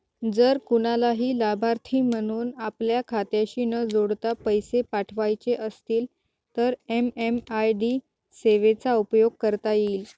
जर कुणालाही लाभार्थी म्हणून आपल्या खात्याशी न जोडता पैसे पाठवायचे असतील तर एम.एम.आय.डी सेवेचा उपयोग करता येईल